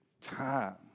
time